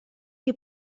che